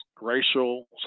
racial